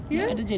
you know